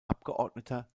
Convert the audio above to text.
abgeordneter